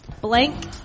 Blank